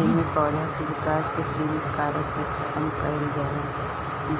एमे पौधा के विकास के सिमित कारक के खतम कईल जाला